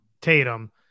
tatum